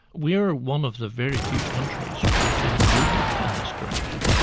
we are one of the very few countries which is moving in this direction.